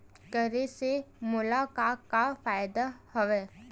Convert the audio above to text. करे से मोला का का फ़ायदा हवय?